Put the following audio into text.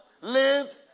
live